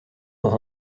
dans